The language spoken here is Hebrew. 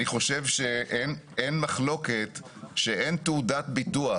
אני חושב שאין מחלוקת שאין תעודת ביטוח,